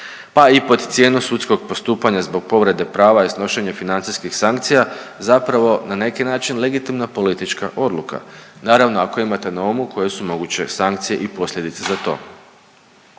pa i pod cijenu sudskog postupanja zbog povrede prava i snošenje financijskih sankcija zapravo na neki način legitimna politička odluka, naravno ako imate na umu koje su moguće sankcije i posljedice za to.